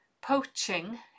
poaching